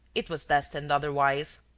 it was destined otherwise!